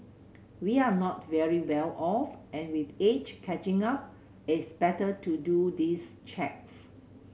we're not very well off and with age catching up it's better to do these checks